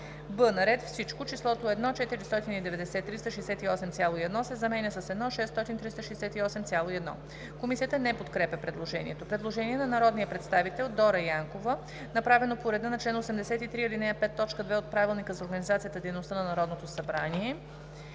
б) на ред Всичко числото „1 490 368,1“ се заменя с „1 600 368,1“.“ Комисията не подкрепя предложението. Предложение на народния представител Дора Янкова, направено по реда на чл. 83, ал. 5, т. 2 от Правилника за организацията и дейността на Народното събрание.